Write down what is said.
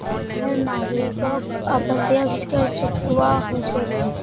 हर नागरिकोक अप्रत्यक्ष कर चुकव्वा हो छेक